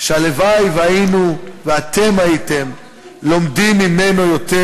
שהלוואי שהיינו, ואתם הייתם, לומדים ממנו יותר.